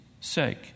sake